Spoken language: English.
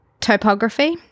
topography